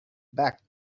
back